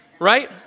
right